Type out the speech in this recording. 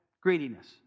greediness